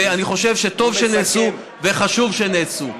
ואני חושב שטוב שנעשו וחשוב שנעשו.